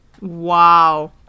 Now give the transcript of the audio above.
Wow